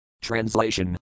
Translation